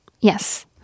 Yes